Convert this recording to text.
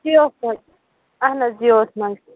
Jews منٛز اَہَن حظ جیوَس منٛز